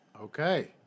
Okay